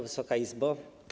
Wysoka Izbo!